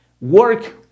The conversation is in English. work